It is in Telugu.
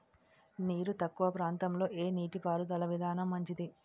నీరు తక్కువ ప్రాంతంలో ఏ నీటిపారుదల విధానం మంచిది?